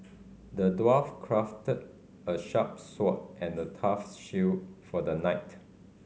the dwarf crafted a sharp sword and a tough shield for the knight